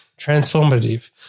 transformative